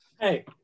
Hey